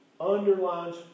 underlines